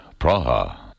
Praha